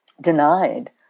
denied